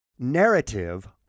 narrative